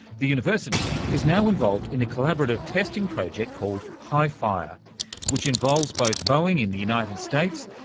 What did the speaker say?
the university is now involved in a collaborative testing project called hifire which involves both boeing in the united states,